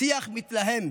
שיח מתלהם,